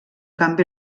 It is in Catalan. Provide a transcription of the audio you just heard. canvi